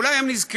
אולי הם נזכרו,